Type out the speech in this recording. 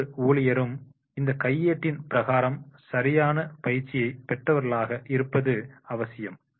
ஒவ்வொரு ஊழியரும் இந்த கையேட்டின் பிரகாரம் சரியான பயிற்சியை பெற்றவர்களாக இருப்பது அவசியம்